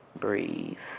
breathe